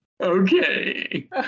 Okay